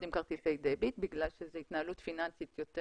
עם כרטיסי דביט בגלל שזאת התנהלות פיננסית יותר